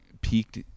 peaked